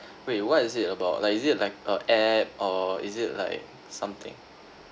wait what is it about like is it like a app or is it like something